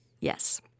Yes